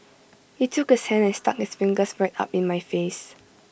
he took his hand and stuck his fingers right up in my face